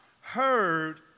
heard